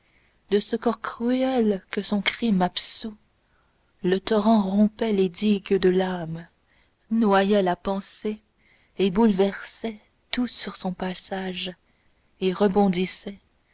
corps cruel que son crime absout le torrent rompait les digues de l'âme noyait la pensée et bouleversait tout sur son passage et rebondissait